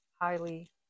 highly